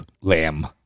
lamb